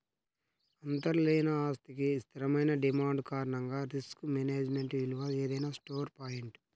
అంతర్లీన ఆస్తికి స్థిరమైన డిమాండ్ కారణంగా రిస్క్ మేనేజ్మెంట్ విలువ ఏదైనా స్టోర్ పాయింట్